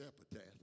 epitaph